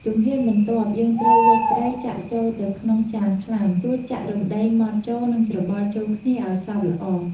ជំហានបន្ទាប់ យើងត្រូវយកត្រីចាក់ចូលទៅក្នុងចានខ្លាំ រួចចាក់រំដេងម៉ដ្ដចូល និងច្របល់ចូលគ្នាឱ្យសព្វល្អ។